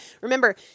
Remember